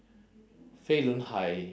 fei lun hai